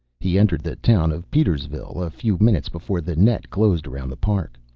he entered the town of petersville a few minutes before the net closed around the park.